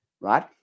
right